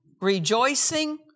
Rejoicing